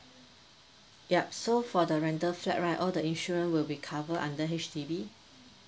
yup so for the rental flat right all the insurance will be cover under H_D_B